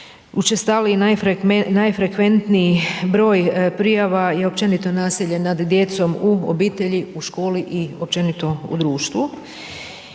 najučestaliji, najfrekventniji broj prijava i općenito nasilje nad djecom u obitelji, u školi i općenito u društvu.